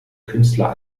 künstler